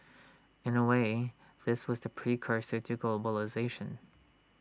in A way this was the precursor to globalisation